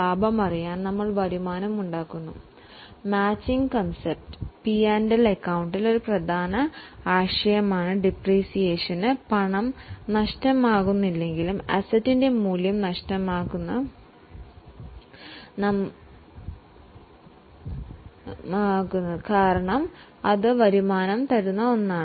അപ്പോൾ നമ്മൾ വരുമാനം ഉണ്ടാക്കുന്നു ശരിയായ ലാഭം അറിയാൻ ആ കാലയളവിലെ ചെലവുകളും കണക്കാക്കേണ്ടതാണ്